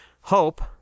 Hope